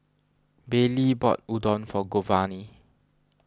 Baylee bought Udon for Giovanni